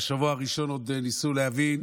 בשבוע הראשון עוד ניסו להבין,